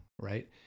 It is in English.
right